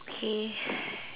okay